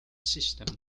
system